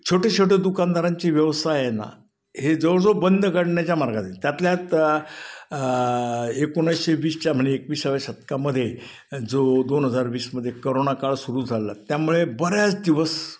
छोटे छोटे दुकानदारांचे व्यवसाय आहे ना हे जवळजवळ बंद पडण्याच्या मार्गातील त्यातल्या त्यात एकोणाविसशे वीसच्या म्हणजे एकवीसाव्या शतकामध्ये जो दोन हजार वीसमध्ये करोना काळ सुरू झाला त्यामुळे बऱ्याच दिवस